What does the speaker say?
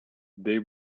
they